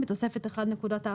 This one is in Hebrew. בתוספת 1 נקודת האחוז,